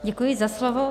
Děkuji za slovo.